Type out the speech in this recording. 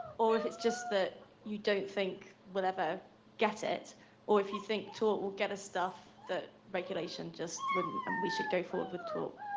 or if it's just that you don't think we'll ever get it or if you think tort will get us stuff the regulation just wouldn't and we should go forward with tort,